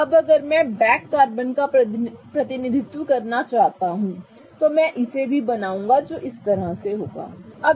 अब अगर मैं बैक कार्बन का प्रतिनिधित्व करना चाहता हूं तो मैं इसे भी बनाऊंगा जो इस तरह होगा ठीक है